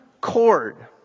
cord